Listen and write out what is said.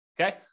Okay